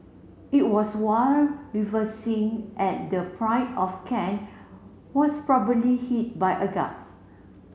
it was while reversing at the Pride of Kent was probably hit by a gust